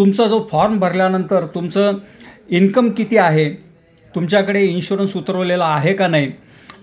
तुमचा जो फॉर्म भरल्यानंतर तुमचं इन्कम किती आहे तुमच्याकडे इन्शुरन्स उतरवलेला आहे का नाही